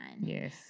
Yes